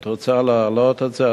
את רוצה להעלות את זה,